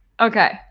Okay